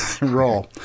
roll